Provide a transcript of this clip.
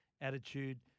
Attitude